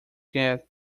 get